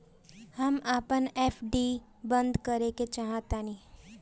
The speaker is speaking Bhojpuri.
हम अपन एफ.डी बंद करेके चाहातानी